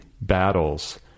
battles